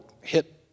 hit